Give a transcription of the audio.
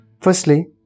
Firstly